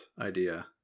idea